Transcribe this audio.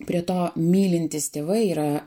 prie to mylintys tėvai yra